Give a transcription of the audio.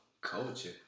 culture